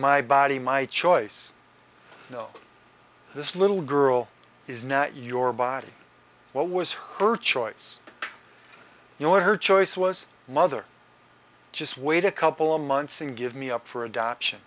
my body my choice you know this little girl is not your body what was her choice you know what her choice was mother just wait a couple of months and give me up for adoption